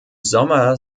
sommer